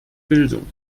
bildung